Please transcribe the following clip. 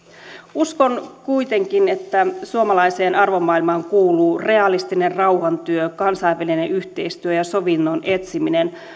uskon kuitenkin että suomalaiseen arvomaailmaan kuuluu realistinen rauhantyö kansainvälinen yhteistyö ja sovinnon etsiminen